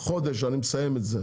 חודש אני מסיים את זה.